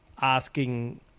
asking